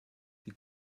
sie